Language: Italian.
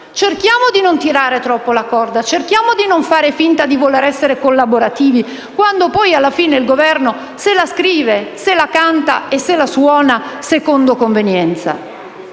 cerchiamo di non tirare troppo la corda, cerchiamo di non fare finta di voler essere collaborativi, quando poi alla fine il Governo se la scrive, se la canta e se la suona secondo convenienza.